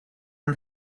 and